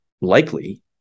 likely